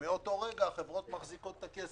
ומאותו רגע החברות מחזיקות את הכסף.